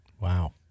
Wow